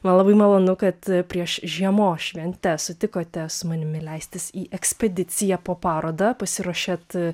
man labai malonu kad prieš žiemos šventes sutikote su manimi leistis į ekspediciją po parodą pasiruošėt